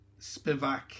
Spivak